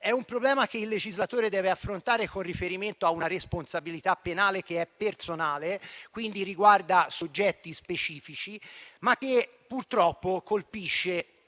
è un problema che il legislatore deve affrontare con riferimento a una responsabilità penale che è personale, quindi riguarda soggetti specifici, ma che purtroppo colpisce